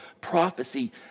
prophecy